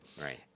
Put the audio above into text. Right